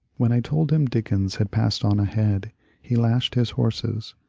when i told him dickens had passed on ahead he lashed his horses,